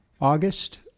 August